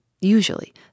Usually